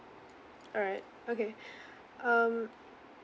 alright okay um